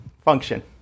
function